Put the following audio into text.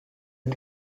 hat